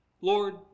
Lord